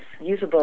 usable